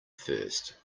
first